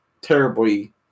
terribly